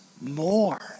more